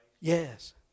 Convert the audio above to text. Yes